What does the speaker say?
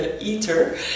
eater